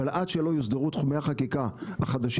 אבל עד שלא יוסדרו תחומי החקיקה החדשים